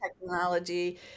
technology